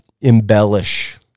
embellish